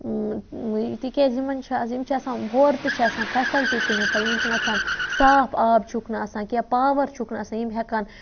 تِکیٛازِ یِمَن چھِ اَز یِم چھِ آسان ہورٕ تہٕ چھِ آسان فیسَلٹی کَنہِ یِمَن چھَںہٕ آسان صاف آب چھُکھ نہٕ آسان کینٛہہ پاوَر چھُکھ نہٕ آسان یِم ہٮ۪کہٕ ہن